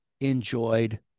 enjoyed